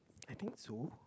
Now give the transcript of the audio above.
I think so